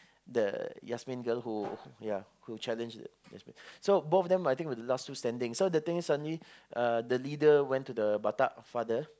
the Yasmin girl who yeah who challenged the lesbian so both of them I think were the last two standing then so the thing was suddenly uh the leader went to the batak father